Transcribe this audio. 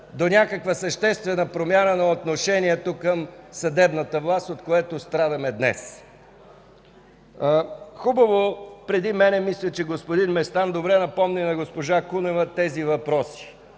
до някаква съществена промяна на отношението към съдебната власт, от което страдаме днес. Мисля, че преди мен господин Местан добре припомни на госпожа Кунева тези въпроси.